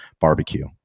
barbecue